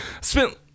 spent